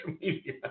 media